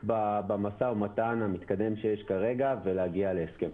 במשא ומתן המתקדם שיש כרגע ולהגיע להסכם.